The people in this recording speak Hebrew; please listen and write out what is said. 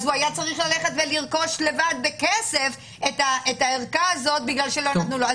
אז הוא היה צריך ללכת ולרכוש לבד בכסף את הערכה הזאת בגלל שלא נתנו לו.